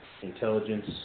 intelligence